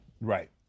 Right